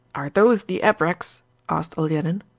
are those the abreks asked olenin.